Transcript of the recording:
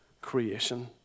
creation